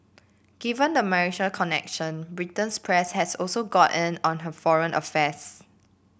given the marital connection Britain's press has also got in on her foreign affairs